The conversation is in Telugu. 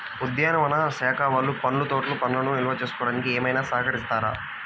ఉద్యానవన శాఖ వాళ్ళు పండ్ల తోటలు పండ్లను నిల్వ చేసుకోవడానికి ఏమైనా సహకరిస్తారా?